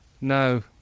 no